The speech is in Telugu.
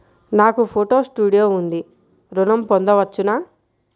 నాకు ఫోటో స్టూడియో ఉంది ఋణం పొంద వచ్చునా?